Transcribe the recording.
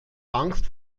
angst